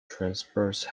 transverse